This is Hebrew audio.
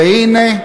והנה,